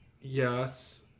Yes